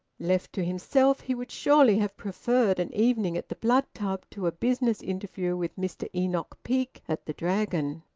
left to himself, he would surely have preferred an evening at the blood tub to a business interview with mr enoch peake at the dragon.